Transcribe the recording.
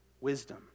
wisdom